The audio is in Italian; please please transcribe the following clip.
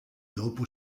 dopo